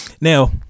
Now